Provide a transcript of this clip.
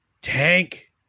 tank